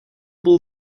был